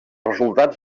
resultats